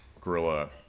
gorilla